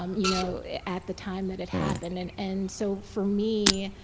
um you know at the time that it happened. and and so, for me,